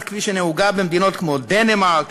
כפי שהיא נהוגה במדינות כמו דנמרק,